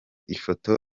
ifoto